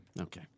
Okay